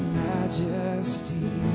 majesty